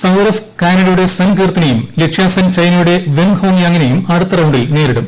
സൌരഭ് കാനഡയുടെ സൻ കീർത്തിനെയും ലക്ഷ്യാസെൻ ചൈനയുടെ വെങ്ഹോങ്യാങിനെയും അടുത്ത റൌണ്ടിൽ നേരിടും